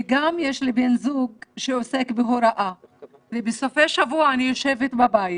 וגם יש לי בן זוג שעוסק בהוראה ובסופי שבוע אני יושבת בבית